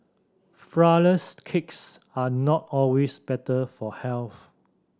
flourless cakes are not always better for health